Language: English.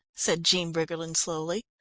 said jean briggerland slowly.